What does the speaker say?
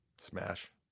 Smash